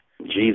Jesus